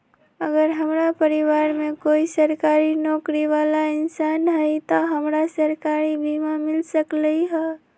अगर हमरा परिवार में कोई सरकारी नौकरी बाला इंसान हई त हमरा सरकारी बीमा मिल सकलई ह?